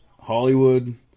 Hollywood